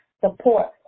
Support